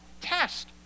test